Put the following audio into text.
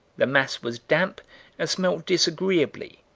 the mass was damp and smelt disagreeably,